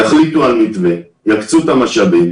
יחליטו על מתווה, יקצו את המשאבים